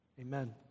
Amen